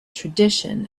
tradition